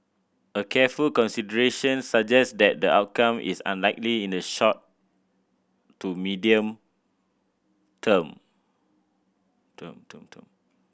a careful consideration suggest that the outcome is unlikely in the short to medium term term term term